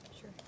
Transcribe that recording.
Sure